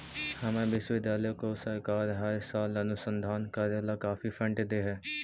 हमर विश्वविद्यालय को सरकार हर साल अनुसंधान करे ला काफी फंड दे हई